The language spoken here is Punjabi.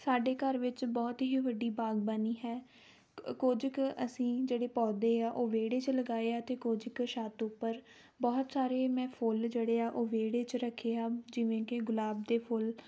ਸਾਡੇ ਘਰ ਵਿੱਚ ਬਹੁਤ ਹੀ ਵੱਡੀ ਬਾਗਬਾਨੀ ਹੈ ਕ ਕੁਝ ਕੁ ਅਸੀਂ ਜਿਹੜੇ ਪੌਦੇ ਆ ਉਹ ਵਿਹੜੇ 'ਚ ਲਗਾਏ ਅਤੇ ਕੁਝ ਕੁ ਛੱਤ ਉੱਪਰ ਬਹੁਤ ਸਾਰੇ ਮੈਂ ਫੁੱਲ ਜਿਹੜੇ ਆ ਉਹ ਵਿਹੜੇ 'ਚ ਰੱਖੇ ਆ ਜਿਵੇਂ ਕਿ ਗੁਲਾਬ ਦੇ ਫੁੱਲ